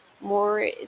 more